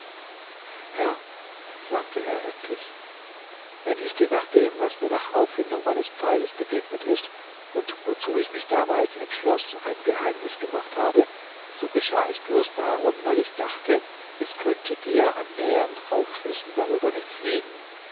herr sagte er endlich wenn ich dir nach dem was mir nach auffindung meines pfeiles begegnet ist und wozu ich mich damals entschloß ein geheimnis gemacht habe so geschah es bloß darum weil ich dachte es könnte dir an nähern aufschlüssen darüber nichts liegen